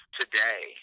today